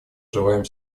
желаем